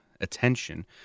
attention